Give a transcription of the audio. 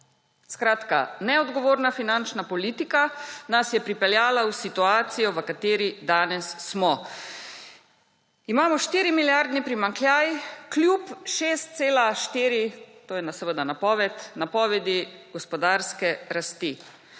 Skratka, neodgovorna finančna politika nas je pripeljala v situacijo, v kateri smo danes. Imamo 4-milijardni primanjkljaj, kljub 6,4 − to je seveda napoved − napovedi gospodarske rasti.